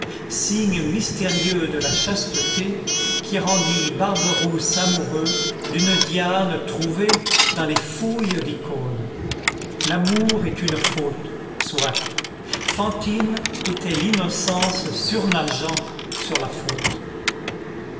signe mystérieux de la chasteté qui rendit barberousse amoureux d'une diane trouvée dans les fouilles d'icône l'amour est une faute soit fantine était l'innocence surnageant sur la faute